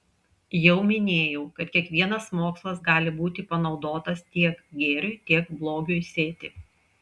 jau minėjau kad kiekvienas mokslas gali būti panaudotas tiek gėriui tiek blogiui sėti